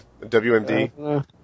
WMD